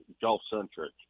gulf-centric